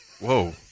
Whoa